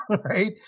right